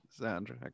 soundtrack